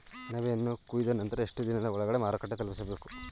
ಅಣಬೆಯನ್ನು ಕೊಯ್ದ ನಂತರ ಎಷ್ಟುದಿನದ ಒಳಗಡೆ ಮಾರುಕಟ್ಟೆ ತಲುಪಿಸಬೇಕು?